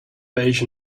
beige